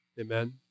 Amen